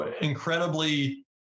incredibly